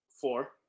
Four